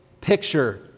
picture